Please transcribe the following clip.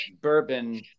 bourbon –